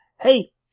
hey